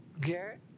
Garrett